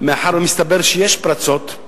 מאחר שמסתבר שיש פרצות,